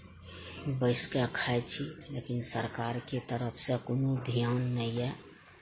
बैस कऽ खाइ छी लेकिन सरकारके तरफसँ कोनो ध्यान नहि ये